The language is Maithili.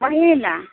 बोलिये ना